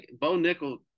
Bo-Nickel